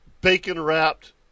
bacon-wrapped